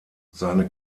seine